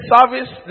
Service